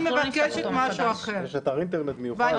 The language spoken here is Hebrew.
אני מבקשת משהו אחר --- יש אתר אינטרנט מיוחד עם כל הדברים.